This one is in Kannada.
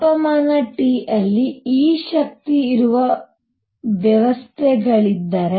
ತಾಪಮಾನ Tಯಲ್ಲಿ E ಶಕ್ತಿ ಇರುವ ವ್ಯವಸ್ಥೆಗಳಿದ್ದರೆ